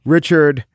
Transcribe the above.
Richard